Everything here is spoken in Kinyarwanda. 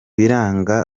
biranga